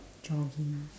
jogging